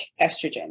estrogen